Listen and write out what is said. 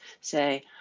say